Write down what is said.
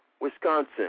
Wisconsin